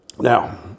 Now